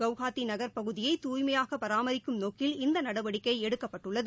குவாஹாத்திநகா் பகுதியை தூய்மையாகபராமரிக்கும் நோக்கில் இந்தநடவடிக்கைஎடுக்கப்பட்டுள்ளது